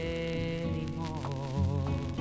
anymore